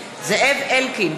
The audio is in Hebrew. בעד זאב אלקין,